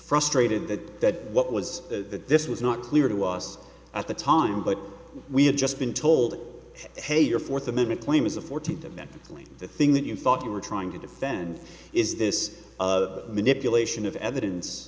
frustrated that what was the this was not clear to us at the time but we had just been told hey your fourth amendment claim is a fourteenth amendment claim the thing that you thought you were trying to defend is this of manipulation of evidence